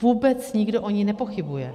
Vůbec nikdo o ní nepochybuje.